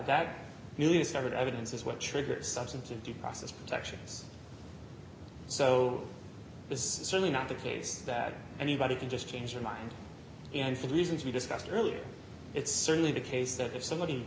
that started evidence is what triggers substantive due process protections so this is certainly not the case that anybody can just change your mind and for reasons we discussed earlier it's certainly the case that if somebody